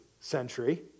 century